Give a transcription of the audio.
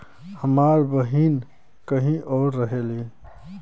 हमार बहिन कहीं और रहेली